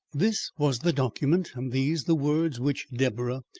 this was the document and these the words which deborah,